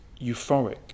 euphoric